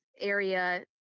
area